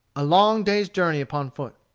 a long day's journey upon foot.